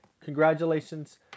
congratulations